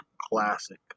classic